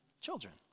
children